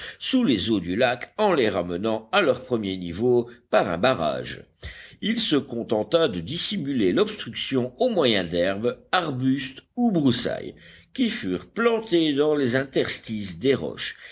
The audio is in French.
sous les eaux du lac en les ramenant à leur premier niveau par un barrage il se contenta de dissimuler l'obstruction au moyen d'herbes arbustes ou broussailles qui furent plantés dans les interstices des roches